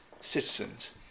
citizens